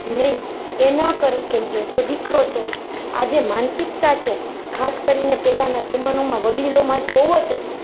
નહીં એ ના કરે કેમકે એ તો દીકરો છે આ જે માનસિકતા છે ખાસ કરીને પહેલાના જમાનામાં વડીલોમાં જ બહુ જ હતી